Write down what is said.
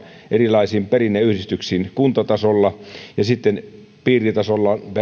erilaisiin perinneyhdistyksiin kuntatasolla ja sitten piiritasolla